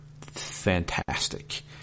fantastic